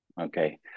okay